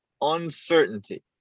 uncertainty